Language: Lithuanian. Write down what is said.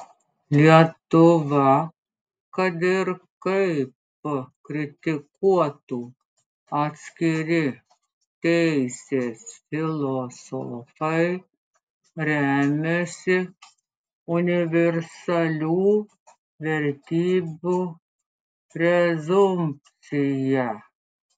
lietuva kad ir kaip kritikuotų atskiri teisės filosofai remiasi universalių vertybių prezumpcija